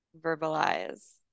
verbalize